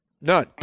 None